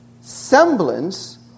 semblance